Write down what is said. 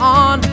on